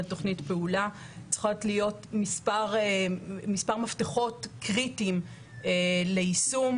לתוכנית פעולה צריכים להיות מספר מפתחות קריטיים ליישום,